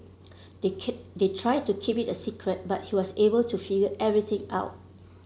they they tried to keep it a secret but he was able to figure everything out